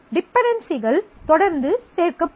டிபென்டென்சிகள் தொடர்ந்து சேர்க்கப்படும்